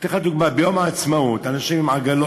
אני אתן לך דוגמה: ביום העצמאות אנשים עם עגלות